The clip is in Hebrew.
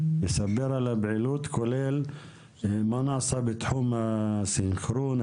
ספר על הפעילות כולל מה נעשה בתחום הסנכרון,